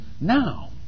now